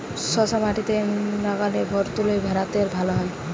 শশা চাষ মাটিতে না মাটির ভুরাতুলে ভেরাতে ভালো হয়?